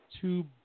two